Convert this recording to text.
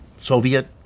Soviet